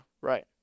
Right